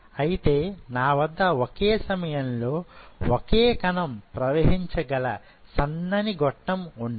అయితే నా వద్ద ఒకే సమయంలో ఒకే కణం ప్రవహించే గల సన్నని గొట్టం ఉన్నది